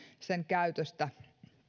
sen käytöstä